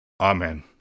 Amen